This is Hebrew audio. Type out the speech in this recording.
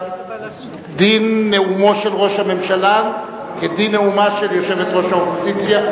דין נאומו של ראש הממשלה כדין נאומה של ראש האופוזיציה,